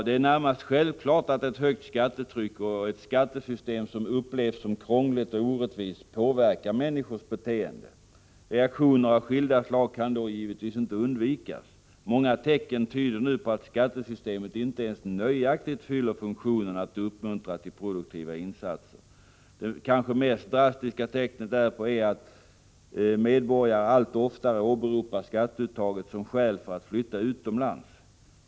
Det är närmast självklart att ett högt skattetryck och ett skattesystem som upplevs som krångligt och orättvist påverkar människors beteende. Reaktioner av skilda slag kan då naturligtvis inte undvikas. Många tecken tyder nu på att skattesystemet inte ens nöjaktigt fyller funktionen att uppmuntra till produktiva insatser. Det kanske mest drastiska tecknet därpå är att medborgare allt oftare åberopar det höga skatteuttaget som skäl för att flytta utomlands.